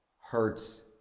hurts